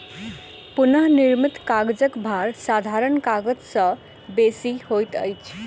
पुनःनिर्मित कागजक भार साधारण कागज से बेसी होइत अछि